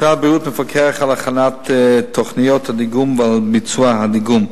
משרד הבריאות מפקח על הכנת תוכניות הדיגום ועל ביצוע הדיגום.